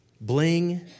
bling